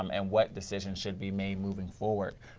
um and what decisions should be made moving forward.